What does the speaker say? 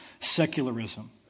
secularism